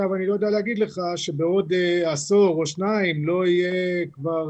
אני לא יודע להגיד לך שבעוד עשור או שניים לא יהיה כבר